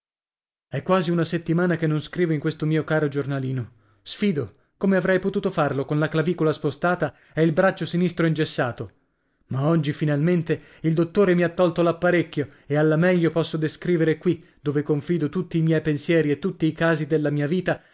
è quasi una settimana che non scrivo in questo mio caro giornalino sfido come avrei potuto farlo con la clavicola spostata e il braccio sinistro ingessato ma oggi finalmente il dottore mi ha tolto l'apparecchio e alla meglio posso descrivere qui dove confido tutti i miei pensieri e tutti i casi della mia vita